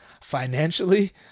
financially